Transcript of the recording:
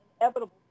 inevitable